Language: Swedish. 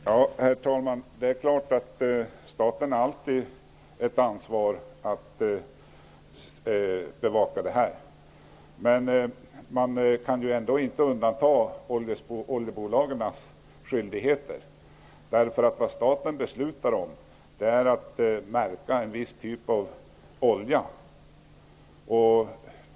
Herr talman! Det är klart att staten alltid har ett ansvar att bevaka sådana här saker, men man kan ju inte undanta oljebolagen från deras skyldigheter. Vad staten beslutat om är att en viss typ av olja skall märkas.